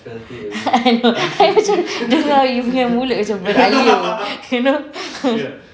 I know macam dengar you punya mulut macam berair liur macam you know